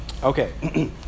Okay